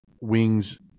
wings